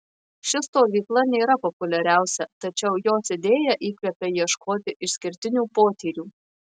ši stovykla nėra populiariausia tačiau jos idėja įkvepia ieškoti išskirtinių potyrių